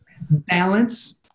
Balance